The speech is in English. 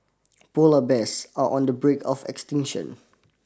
polar bears are on the brink of extinction